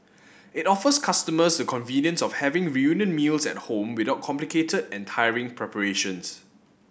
it offers customers the convenience of having reunion meals at home without complicated and tiring preparations